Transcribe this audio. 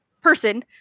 person